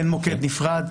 אין מוקד נפרד.